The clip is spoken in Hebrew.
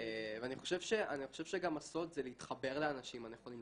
ואני חושב שגם הסוד זה להתחבר לאנשים הנכונים.